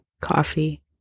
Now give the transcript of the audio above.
coffee